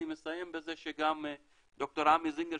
אני מסיים בזה שגם ד"ר עמי זינגר,